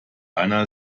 ann